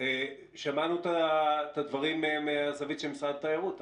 שמענו את הדברים מהזווית של משרד התיירות.